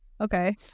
Okay